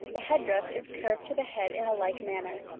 the head-dress is curved to the head in a like manner,